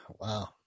Wow